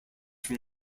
from